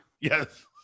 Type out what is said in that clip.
Yes